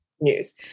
news